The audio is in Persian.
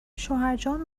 شوهرجان